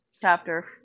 chapter